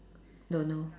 don't know